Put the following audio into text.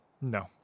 No